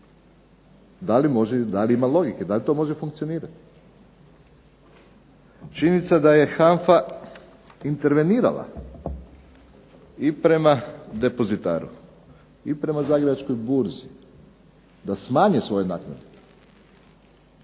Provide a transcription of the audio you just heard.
da li ima logike, da li to može funkcionirati? Činjenica je da je HANFA intervenirala i prema depozitaru i prema zagrebačkoj burzi da smanje svoje naknade